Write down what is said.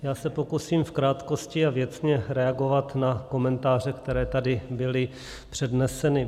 Já se pokusím v krátkosti a věcně reagovat na komentáře, které tady byly předneseny.